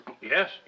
Yes